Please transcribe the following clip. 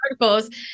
articles